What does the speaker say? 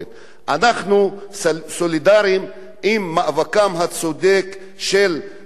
אנחנו סולידריים עם מאבקם הצודק של הצעירים,